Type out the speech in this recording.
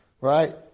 Right